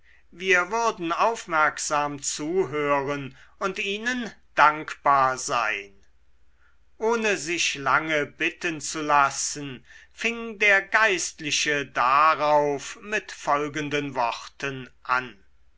wir würden aufmerksam zuhören und ihnen dankbar sein ohne sich lange bitten zu lassen fing der geistliche darauf mit folgenden worten an